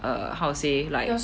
err how to say like